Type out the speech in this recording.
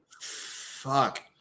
Fuck